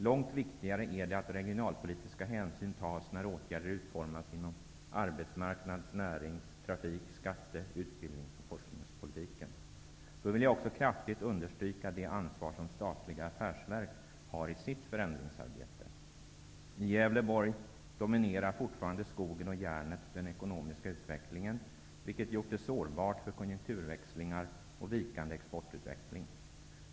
Långt viktigare är det att regionalpolitiska hänsyn tas när åtgärder utformas inom arbetsmarknads-, närings-, trafik-, skatte-, utbildnings och forskningspolitiken. Jag vill också kraftigt understryka det ansvar som statliga affärsverk har i sitt förändringsarbete. I Gävleborg dominerar fortfarande skogen och järnet den ekonomiska utvecklingen. Det har gjort den sårbar för konjunkturväxlingar och vikande exportutveckling.